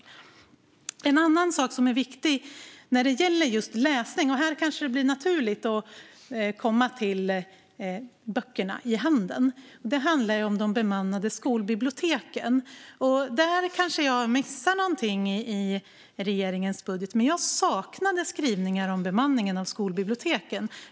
Det finns en annan sak som är viktig när det gäller just läsning. Här kanske det blir naturligt att ta upp frågan om böckerna i handen, nämligen de bemannade skolbiblioteken. Jag har kanske missat något i regeringens budget, men jag saknar skrivningar om bemanningen av skolbiblioteken.